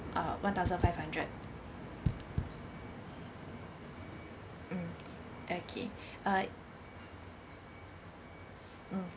uh one thousand five hundred mm okay uh